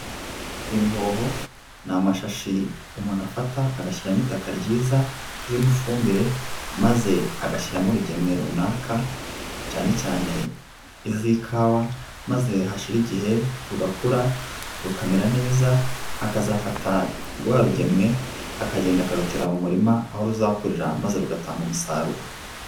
Ibihoho ni amashashi umuntu afata agashyiramo itaka ryiza ririmo ifumbire maze agashyiramo urugemwe runaka, cyane cyane iz'ikawa maze hashira igihe rugakura rukamera neza, akazafata rwa rugemwe akagenda akarutera mu murima aho ruzakurira maze rugatanga umusaruro.